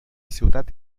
ciutat